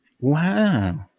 Wow